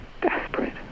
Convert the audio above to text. desperate